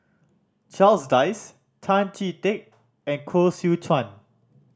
Charles Dyce Tan Chee Teck and Koh Seow Chuan